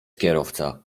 kierowca